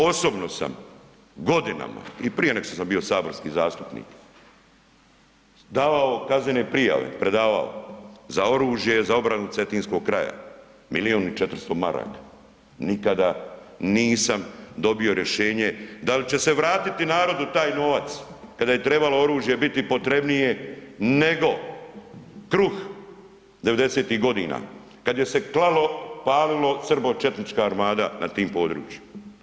Osobno sam godinama i prije nego što sam bio saborski zastupnik davao kaznene prijave, predavao, za oružje, za obranu Cetinskog kraja, milijun i 400 maraka, nikada nisam dobio rješenje da li će se vratiti narodu taj novac, kada je trebalo oružje biti potrebnije nego kruh '90. godina kad je se klalo, palilo, srbočetnička armada na tim područjima.